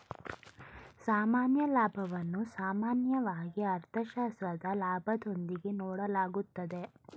ಸಾಮಾನ್ಯ ಲಾಭವನ್ನು ಸಾಮಾನ್ಯವಾಗಿ ಅರ್ಥಶಾಸ್ತ್ರದ ಲಾಭದೊಂದಿಗೆ ನೋಡಲಾಗುತ್ತದೆ